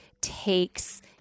takes